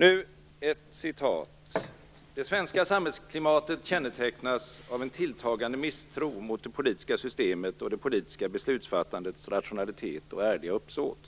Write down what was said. Nu följer ett citat: "Det svenska samhällsklimatet kännetecknas av en tilltagande misstro mot det politiska systemet och det politiska beslutsfattandets rationalitet och ärliga uppsåt."